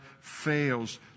fails